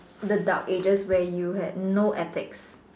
the dark ages where you had no attics